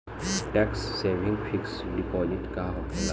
Tax saving fix deposit का होखे ला?